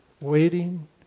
waiting